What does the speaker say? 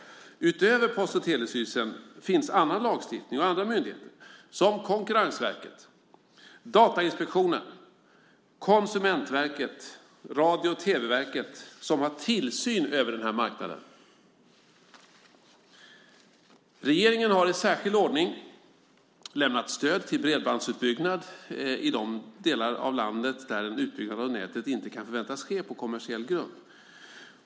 Utöver Post och telestyrelsen finns annan lagstiftning och andra myndigheter såsom Konkurrensverket, Datainspektionen, Konsumentverket och Radio och TV-verket som har tillsyn över denna marknad. Regeringen har i särskild ordning lämnat stöd till bredbandsutbyggnad i de delar av landet där en utbyggnad av nätet inte kan förväntas ske på kommersiell grund.